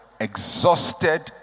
exhausted